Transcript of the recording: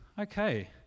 Okay